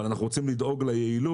אבל אנחנו רוצים לדאוג ליעילות,